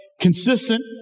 Consistent